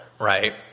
right